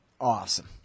Awesome